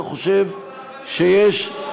חושב שיש,